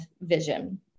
vision